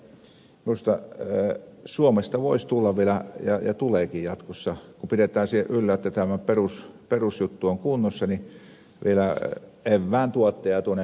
sen takia minusta suomesta voisi tulla vielä ja tuleekin jatkossa kun pidetään se yllä että tämä perusjuttu on kunnossa evään tuottaja myös muihin maihin